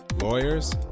lawyers